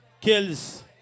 Kills